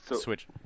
switch